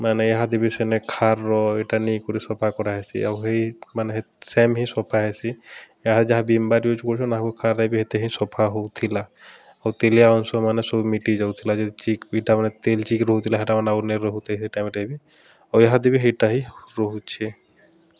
ମାନେ ଏହାଦେ ବି ସେନେ ଖାର୍ର ଇଟା ନେଇକରି ସଫା କରାହେସି ଆଉ ହେଇ ମାନେ ସେମ୍ ହିଁ ସଫା ହେସି ଏହା ଯାହା ବିମ୍ ବାର୍ ୟୁଜ୍ କରୁଚନ୍ ଆଘୁ ଖାର୍ରେ ବି ହେତେ ହିଁ ସଫା ହଉଥିଲା ଆଉ ତେଲିଆ ଅଂଶ ମାନେ ସବୁ ମିଟି ଯାଉଥିଲା ଯଦି ଚିକ୍ଟା ମାନେ ତେଲ ଚିକ୍ ରହୁଥିଲା ହେଟା ମାନେ ଆଉ ନେଇ ରହୁଥି ସେ ଟାଇମ୍ରେ ବି ଆଉ ଏହାଦେ ବି ହେଇଟା ହିଁ ରହୁଛେ